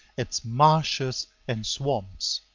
its marshes and swamps.